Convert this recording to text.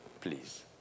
please